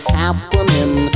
happening